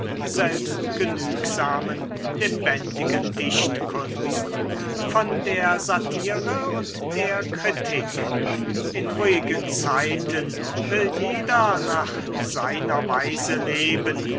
selbstgenügsamen lebendigen dichtkunst von der satire und der kritik in ruhigen zeiten will jeder nach seiner weise leben